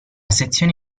sezione